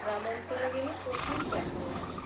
গ্রাম অঞ্চলে গেলে প্রচুর দেখা যায়